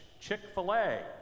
Chick-fil-A